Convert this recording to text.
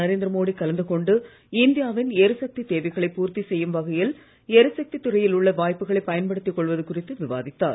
நரேந்திர மோடி கலந்துகொண்டு இந்தியா வின் எரிசக்தித் தேவைகளை பூர்த்தி செய்யும் வகையில் எரிசக்தித் துறையில் உள்ள வாய்ப்புகளை பயன்படுத்திக் கொள்வது குறித்து விவாதித்தார்